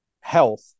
health